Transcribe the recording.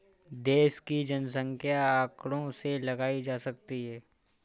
देश की जनसंख्या आंकड़ों से लगाई जा सकती है